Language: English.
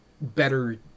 better